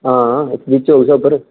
आं एक्चुअली चलगा उद्धर